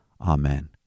amen